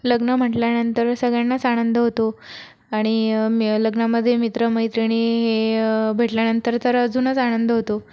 लग्न म्हणल्यानंतर सगळ्यांनाच आनंद होतो आणि लग्नामध्ये मित्रमैत्रिणी हे भेटल्यानंतर तर अजूनच आनंद होतो